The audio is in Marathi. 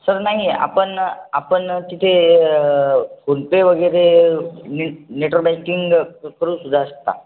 सर नाही आपण आपण तिथे फोनपे वगैरे नेट नेटवर्क बँकिंग करू सुद्धा शकता